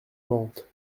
mantes